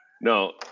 No